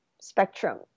spectrum